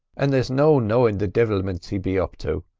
and there's no knowin' the divilments he'd be up to.